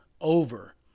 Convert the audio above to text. Over